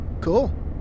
Cool